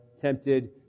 tempted